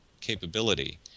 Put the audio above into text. capability